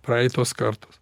praeitos kartos